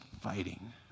fighting